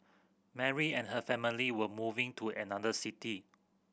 Mary and her family were moving to another city